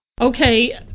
Okay